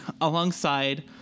Alongside